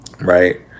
right